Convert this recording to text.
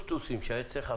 שהיא משתפרת,